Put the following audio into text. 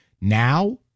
Now